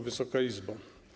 Wysoka Izbo!